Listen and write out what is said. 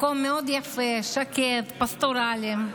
מקום מאוד יפה, שקט, פסטורלי.